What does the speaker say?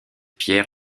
pierre